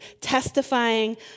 testifying